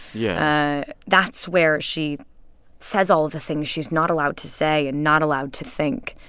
yeah that's where she says all the things she's not allowed to say and not allowed to think.